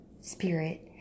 spirit